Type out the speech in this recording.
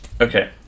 Okay